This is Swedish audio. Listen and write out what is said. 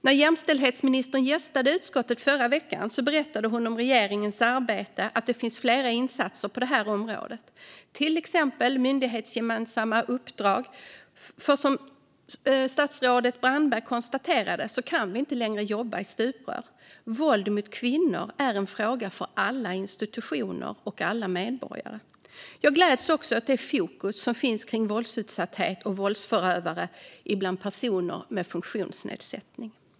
När jämställdhetsministern gästade utskottet förra veckan berättade hon om regeringens insatser på området, till exempel myndighetsgemensamma uppdrag, för som statsrådet Brandberg konstaterade kan vi inte längre jobba i stuprör. Våld mot kvinnor är en fråga för alla institutioner och alla medborgare. Jag gläds också åt det fokus som finns på våldsutsatthet och våldsförövare bland personer med funktionsnedsättning.